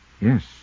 Yes